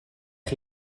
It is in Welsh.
chi